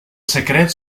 secret